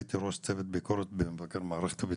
הייתי ראש צוות ביקורת במבקר מערכת הביטחון.